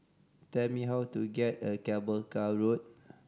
tell me how to get a Cable Car Road